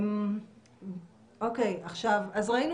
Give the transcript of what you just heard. אז ראינו